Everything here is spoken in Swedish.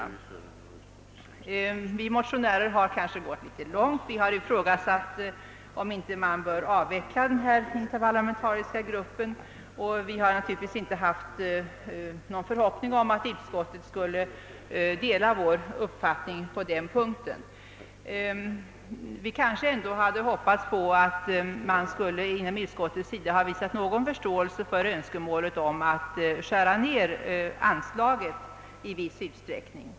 Vi motionärer har kanske gått litet långt; vi har ifrågasatt om man inte bör avveckla den interparlamentariska gruppen, och vi har naturligtvis inte haft någon förhoppning om att utskottet skulle dela vår uppfattning på den punkten. Men vi kanske hade hoppats på att utskottet skulle ha visat någon förståelse för önskemålet att skära ned anslaget.